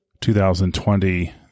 2020